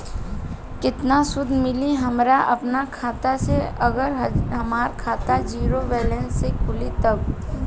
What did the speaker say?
केतना सूद मिली हमरा अपना खाता से अगर हमार खाता ज़ीरो बैलेंस से खुली तब?